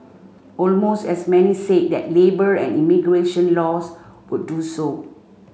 almost as many said that labour and immigration laws would do so